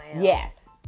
yes